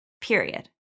period